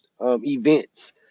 events